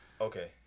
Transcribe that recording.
Okay